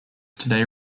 today